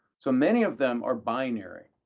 so many of them are binary.